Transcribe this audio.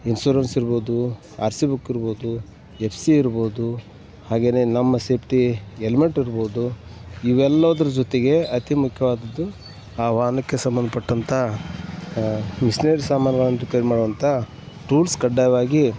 insurance ಇರ್ಬೋದು R C book ಇರ್ಬೋದು F C ಇರ್ಬೋದು ಹಾಗೇ ನಮ್ಮ ಸೇಫ್ಟಿ ಎಲ್ಮೆಟ್ ಇರ್ಬೋದು ಇವೆಲ್ಲದ್ರ ಜೊತೆಗೆ ಅತಿ ಮುಖ್ಯವಾದದ್ದು ಆ ವಾಹನಕ್ಕೆ ಸಂಬಂಧಪಟ್ಟಂತಹ ಮಿಶ್ನರಿ ಸಾಮಾನ್ಗಳನ್ನು ರಿಪೇರಿ ಮಾಡುವಂಥ ಟೂಲ್ಸ್ ಕಡ್ಡಾಯವಾಗಿ